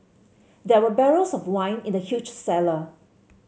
there were barrels of wine in the huge cellar